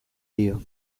dio